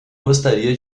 gostaria